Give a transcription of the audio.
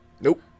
Nope